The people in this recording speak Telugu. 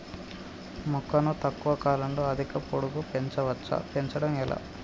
మొక్కను తక్కువ కాలంలో అధిక పొడుగు పెంచవచ్చా పెంచడం ఎలా?